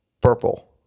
purple